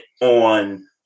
on